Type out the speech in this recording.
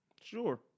Sure